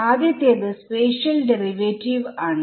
ആദ്യത്തേത് സ്പേഷിയൽ ഡെറിവേറ്റീവ്spacial derivativeആണ്